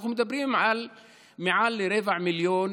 אנחנו מדברים על מעל רבע מיליון